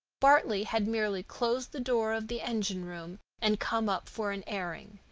bartley had merely closed the door of the engine-room and come up for an airing.